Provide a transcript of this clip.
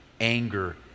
anger